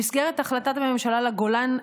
במסגרת החלטת הממשלה על הגולן,